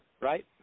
right